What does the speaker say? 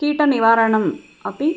कीटनिवारणम् अपि